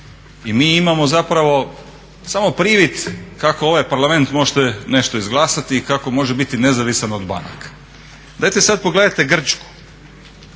I mi imamo zapravo samo privid kako ovaj Parlament može nešto izglasati i kako može biti nezavisan od banaka. Dajte sada pogledajte Grčku,